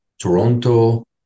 Toronto